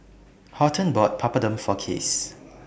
Horton bought Papadum For Case